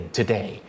today